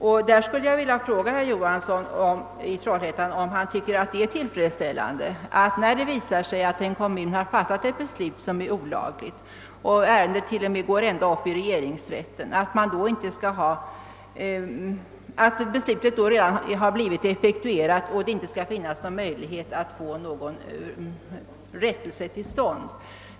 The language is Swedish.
Jag skulle härvidlag vilja fråga herr Johansson i Trollhättan om han tycker att det är tillfredsställande att när en kommun fattat ett olagligt beslut som överklagas och ärendet t.o.m. går ända upp till regeringsrätten, det sedan visar sig att beslutet redan blivit effektuerat med påföljd att det inte finns nå gon möjlighet att få en rättelse till stånd.